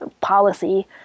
policy